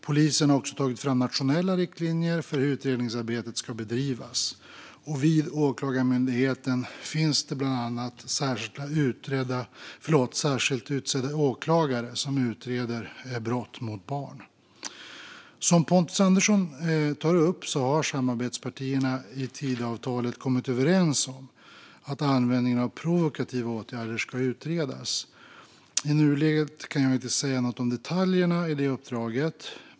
Polisen har också tagit fram nationella riktlinjer för hur utredningsarbetet ska bedrivas. Vid Åklagarmyndigheten finns bland annat särskilt utsedda åklagare som utreder brott mot barn. Som Pontus Andersson tar upp har samarbetspartierna i Tidöavtalet kommit överens om att användningen av provokativa åtgärder ska utredas. I nuläget kan jag inte säga något om detaljerna i uppdraget.